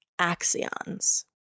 axions